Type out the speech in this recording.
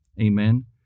Amen